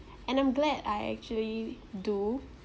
and I'm glad I actually do